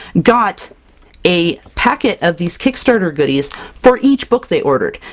got a packet of these kickstarter goodies for each book they ordered!